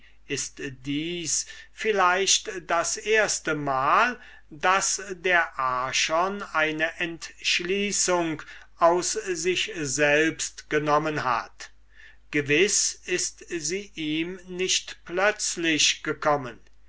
ist dies vielleicht das erstemal daß der archon eine entschließung aus sich selbst genommen hat gewiß ist sie ihm nicht plötzlich gekommen